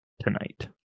tonight